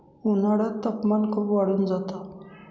उन्हाळ्यात तापमान खूप वाढून जात